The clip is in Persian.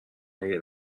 مگه